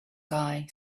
guy